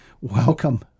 welcome